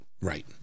Right